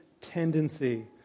tendency